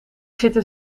zitten